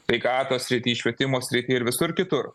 sveikatos srity švietimo srity ir visur kitur